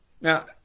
Now